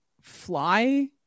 fly